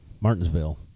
Martinsville